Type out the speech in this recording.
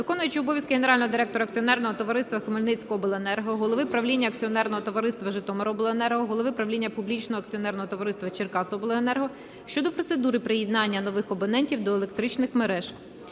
виконуючого обов'язки генерального директора акціонерного товариства "Хмельницькобленерго", голови правління акціонерного товариства "Житомиробленерго", голови правління публічного акціонерного товариства "Черкасиобленерго" щодо процедури приєднання нових абонентів до електричних мереж.